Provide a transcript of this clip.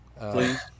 Please